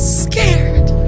scared